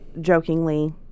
jokingly